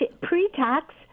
pre-tax